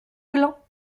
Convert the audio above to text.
gland